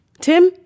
Tim